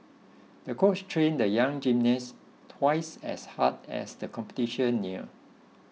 the coach trained the young gymnast twice as hard as the competition near